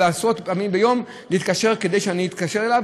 עשרות פעמים ביום להתקשר כדי שאני אתקשר אליו.